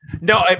No